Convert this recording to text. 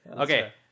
Okay